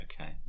okay